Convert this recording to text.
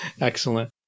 Excellent